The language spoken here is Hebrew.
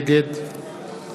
נגד